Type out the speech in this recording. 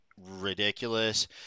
ridiculous